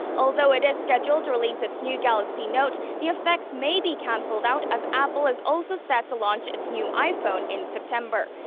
although it is scheduled to release its new galaxy note. the effects may be canceled out as apple is also set to launch its new iphone in september.